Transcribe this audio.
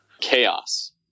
chaos